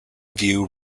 view